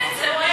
אין אצלו,